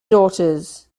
daughters